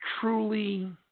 truly